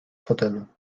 fotelu